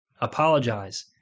Apologize